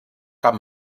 cap